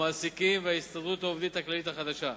המעסיקים והסתדרות העובדים הכללית החדשה.